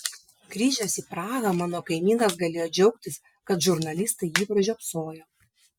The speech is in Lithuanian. grįžęs į prahą mano kaimynas galėjo džiaugtis kad žurnalistai jį pražiopsojo